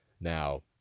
now